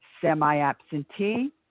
semi-absentee